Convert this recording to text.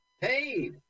hey